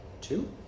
two